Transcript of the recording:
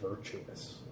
virtuous